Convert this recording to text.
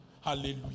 Hallelujah